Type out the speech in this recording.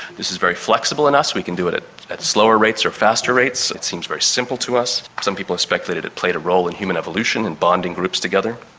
this is very flexible in us, we can do it it at slower rates or faster rates, it seems very simple to us. some people have speculated it played a role in human evolution, in bonding groups together.